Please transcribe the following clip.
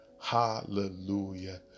hallelujah